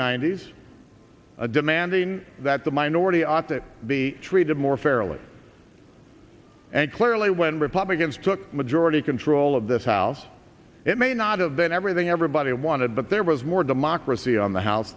ninety's demanding that the minority ought to be treated more fairly and clearly when republicans took majority control of this house it may not of that everything everybody wanted but there was more democracy on the house